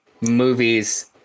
movies